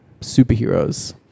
superheroes